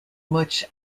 much